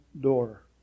door